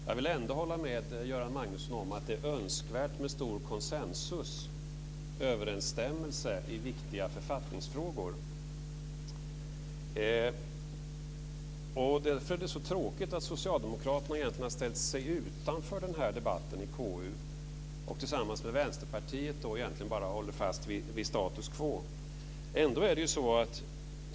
Jag kan hålla med Göran Magnusson om att det är önskvärt med stor konsensus, dvs. överensstämmelse i viktiga författningsfrågor. Därför är det så tråkigt att socialdemokraterna har ställt sig utanför den här debatten i KU. Tillsammans med Vänsterpartiet håller man egentligen bara fast vid status quo.